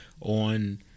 on